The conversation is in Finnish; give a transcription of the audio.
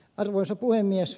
arvoisa puhemies